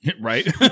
Right